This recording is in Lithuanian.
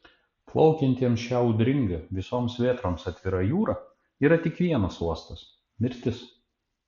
plaukiantiems šia audringa visoms vėtroms atvira jūra yra tik vienas uostas mirtis